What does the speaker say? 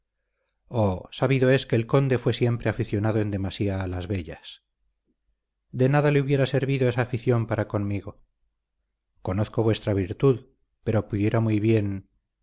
oh sabido es que el conde fue siempre aficionado en demasía a las bellas de nada le hubiera servido esa afición para conmigo conozco vuestra virtud pero pudiera muy bien